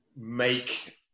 make